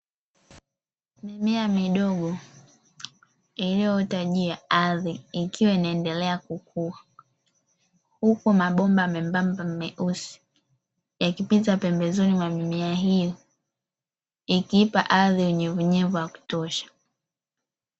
Mimea midogo iliyoota juu ya ardhi ikiwa inaendelea kukuwa huku mabomba membamba meusi yakipita pembezoni mwa mimea hiyo ikiipa ardhi unyevunyevu wa kutosha.